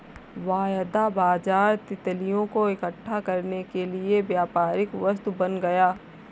वायदा बाजार तितलियों को इकट्ठा करने के लिए व्यापारिक वस्तु बन गया